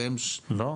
לא.